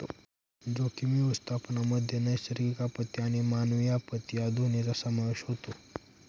जोखीम व्यवस्थापनामध्ये नैसर्गिक आपत्ती आणि मानवी आपत्ती या दोन्हींचा समावेश होतो